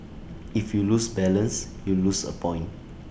if you lose balance you lose A point